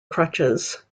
crutches